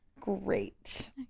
Great